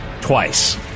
twice